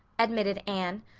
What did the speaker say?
admitted anne,